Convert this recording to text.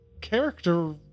character